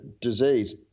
disease